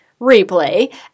replay